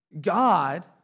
God